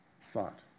thought